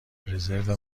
رزرو